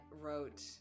wrote